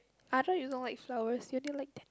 I thought you don't like flowers you only like dande~